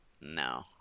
No